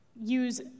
use